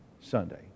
Sunday